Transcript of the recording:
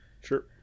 sure